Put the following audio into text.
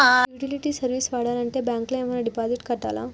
Utility service వాడాలంటే bank లో ఏమైనా డిపాజిట్ కట్టాలా?